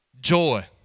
joy